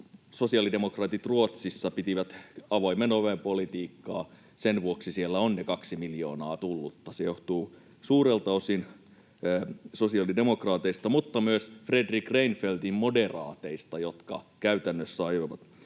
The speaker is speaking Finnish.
sosiaalidemokraatit pitivät avoimen oven politiikkaa. Sen vuoksi siellä on ne kaksi miljoonaa tullutta. Se johtuu suurelta osin sosiaalidemokraateista, mutta myös Fredrik Reinfeldtin moderaateista, jotka käytännössä ajoivat